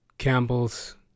Campbell's